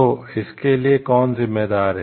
तो इसके लिए कौन जिम्मेदार है